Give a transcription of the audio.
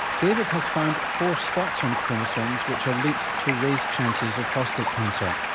david has found four spots on chromosomes which are linked to raised chances of prostate cancer.